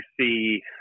see